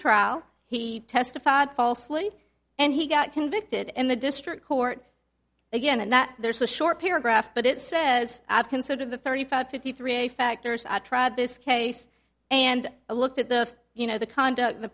trial he testified falsely and he got convicted in the district court again and that there's a short paragraph but it says i've considered the thirty five fifty three factors i tried this case and looked at the you know the conduct the